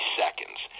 seconds